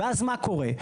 ואז מה קורה?